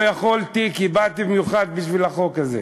לא יכולתי, כי באתי במיוחד בשביל החוק הזה.